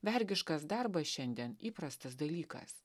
vergiškas darbas šiandien įprastas dalykas